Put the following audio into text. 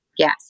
Yes